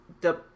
the-